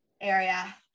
area